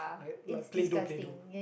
like like Play-dough Play-dough